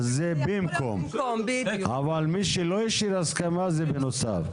זה במקום אבל מי שלא השאיר הסכמה, זה בנוסף.